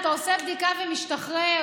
אתה עושה בדיקה ומשתחרר.